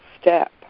step